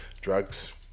drugs